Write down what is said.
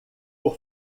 por